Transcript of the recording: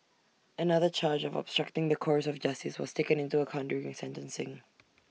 another charge of obstructing the course of justice was taken into account during A sentencing